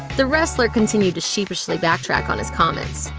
the wrestler continued to sheepishly backtrack on his comments,